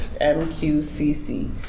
MQCC